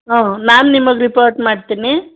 ಹ್ಞೂ ನಾನು ನಿಮ್ಗೆ ರಿಪೋರ್ಟ್ ಮಾಡ್ತೀನಿ